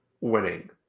winning